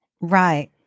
Right